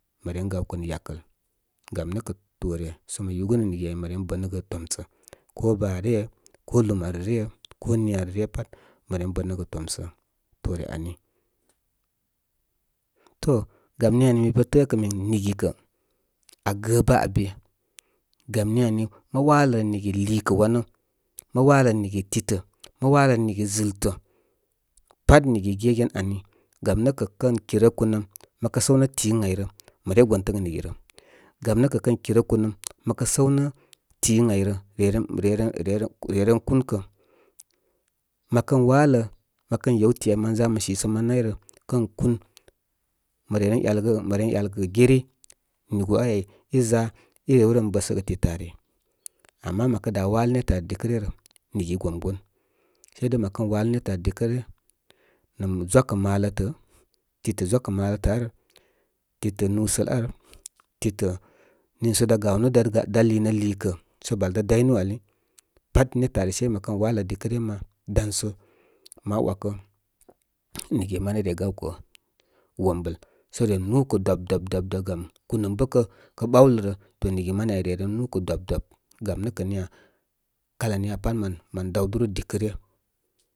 Mə ren gawkə nə yakəl gam nə kə toore sə mə yugunu nigi áy, mə ren bənə gə tomsə, ko baa ryə ikolumare ryə ko niya rə ryə pat mə ren bə nəgə timsə. Toore ani. To gam ni ani, mi pə təə min nigi kə, aa gə bə aa be. Gam, niani, mə walə nigi liikə wanə, mə walə nigi titə, mə walə nigi zúltə. Pat nigi gegen ani. Gam nə kə kən kirə kunəm, mə sawnə ti ən áy rə, mə re gentə gə nigi rə. Gam nə kə kən kirə kunəm məkə səw nə ti ən áy rə, re ren, re ren, re ren, re ren kún kə. Mə kən watə mə kən yew ti áy mən za mən si sə man nayrə, kən kun, ma reren ‘yalgə, mə re ren ‘yal kə geri nigu áy ay`. Iza i rewren bə səgə titə ari. Ama mə dá walə nétə ari dikə ryə rə, nigi gom gon. Sei dai mə kən walə nétə ari dikə ryə, nə zwakə malətə, titə zwakə malətə ar, titə nusal ar titə niisə dá ganu darga, da liinə liikə sə bal dá day nú ali pat nétə ari sai mə kən wakə mə kən yew ti áy mən za mən si sə man nayrə, kən kun, mə reren ‘yalgə, mə reren yal kə geri nigu áy áy. I za irew ren bə səgə titə ari. Ama mə dá walə nétə ari dikə rya rə, nigi gom gon. Seidai mə kən walə nétə ari dikə ryə, nə zwa kə malətə, titə zwakə malə tə ar, titə nusəl ar titə niisə dá ganu darga, da liinə liikə sə bal dá day nú ali pat nétə ari sai məkən walə dikə ryə ma, danso ma ‘wakə, nigi mani re gawkə wombəl sə re núkə dwab, dwab, dwab, dwab, gam kunəm bə kə ɓawlurə, to nigi mani ay ren núkə dwab, dwab. Gam nə kə niya? Kalu niya pat mən dawduru dikə ryə.